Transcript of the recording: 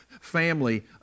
family